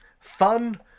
fun